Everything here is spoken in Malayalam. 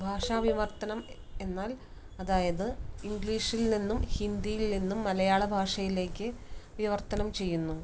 ഭാഷ വിവര്ത്തനം എന്നാല് അതായത് ഇംഗ്ലീഷില് നിന്നും ഹിന്ദിയില് നിന്നും മലയാള ഭാഷയിലേക്ക് വിവര്ത്തനം ചെയ്യുന്നു